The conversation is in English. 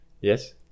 Yes